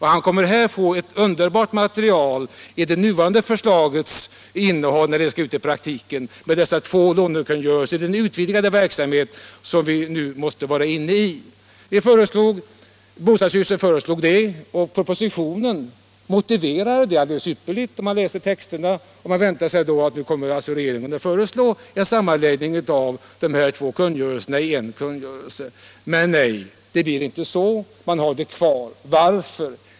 Han kommer här att få ett underbart material i det nuvarande förslaget när det skall tillämpas i praktiken, med dessa två lånekungörelser, i den utvidgade verksamhet som vi nu måste vara inne i. Bostadsstyrelsen föreslog att allt skulle ingå i bostadsfinansieringsförordningen, och propositionen motiverade det alldeles ypperligt — det finner man om man läser texten. Man väntade sig då att regeringen skulle föreslå en sammanslagning av de här två kungörelserna till en kungörelse. Men nej, det blev inte så! Man har kvar båda. Varför?